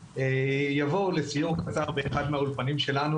יבואו לסיור קצר באחד מהאולפנים שלנו,